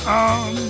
on